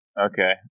Okay